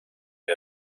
you